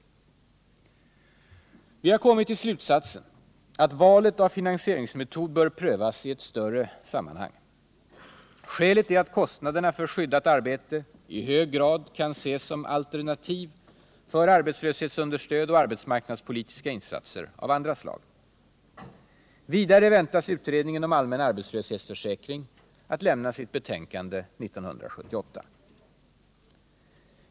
Regeringen har kommit till den slutsatsen att valet av finansieringsmetod bör prövas i ett större sammanhang. Skälet är att kostnaderna för skyddat arbete i hög grad kan ses som alternativ till arbetslöshetsunderstöd och arbetsmarknadspolitiska insatser av andra slag. Vidare väntas utredningen om allmän arbetslöshetsförsäkring avge sitt betän kande 1978.